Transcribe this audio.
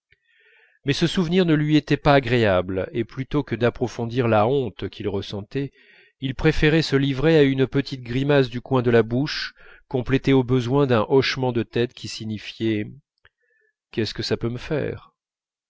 mais ce souvenir ne lui était pas agréable et plutôt que d'approfondir la honte qu'il ressentait il préférait se livrer à une petite grimace du coin de la bouche complétée au besoin d'un hochement de tête qui signifiait qu'est-ce que ça peut me faire